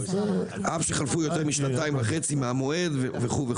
אף שחלפו יותר משנתיים וחצי מהמועד וכו',